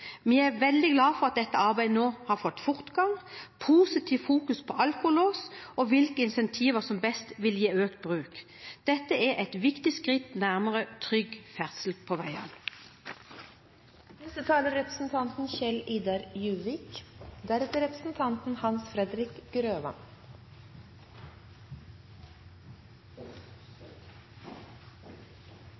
Vi er veldig glad for at dette arbeidet nå har fått fortgang – positivt fokus på alkolås og hvilke insentiver som best vil gi økt bruk. Dette er et viktig skritt nærmere trygg ferdsel på